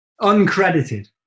uncredited